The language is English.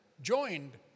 joined